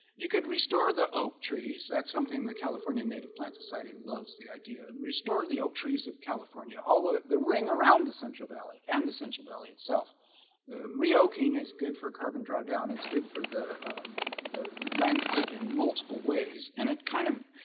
you could restore the oak trees that's something that california native plant society loves the idea restore the oak trees of, california although the ring around the central valley and the central valley itself rio keene is good for carbon drawdown. it's good for the the landscape in multiple ways and it kind of